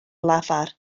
lafar